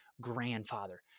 grandfather